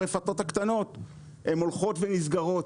הרפתות הקטנות שהולכות ונסגרות.